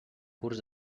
curs